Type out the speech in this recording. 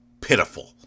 pitiful